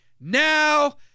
now